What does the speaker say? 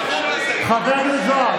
כמה,